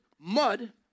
mud